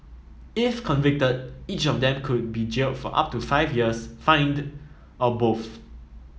if convicted each of them could be jailed for up to five years fined or both